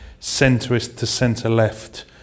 centrist-to-centre-left